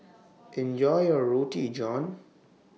Enjoy your Roti John